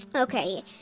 Okay